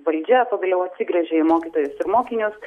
valdžia pagaliau atsigręžė į mokytojus ir mokinius